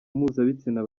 mpuzabitsina